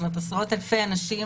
עשרות אלפי אנשים,